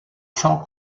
sans